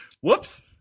Whoops